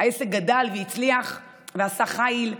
העסק גדל, הצליח ועשה חיל.